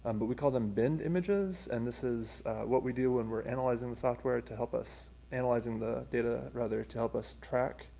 um but we call them binned images. and this is what we do when we're analyzing software to help us analyzing the data, rather, to help us track.